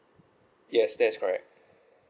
yes that is correct